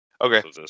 Okay